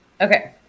Okay